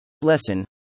Lesson